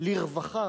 לרווחה